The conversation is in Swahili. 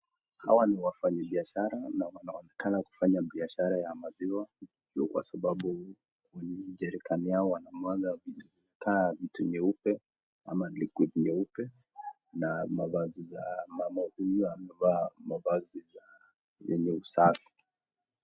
Hawa ni wafanyibiashara na wanonekana kufanya biashara ya maziwa kwa sababu kwenye [jcs]erican yao wanamwaga vitu kaa vitu nyeupe kama liquid][cs nyeupe na mavazi za mama huyu amevaa mavazi za yenye usafi.